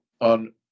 on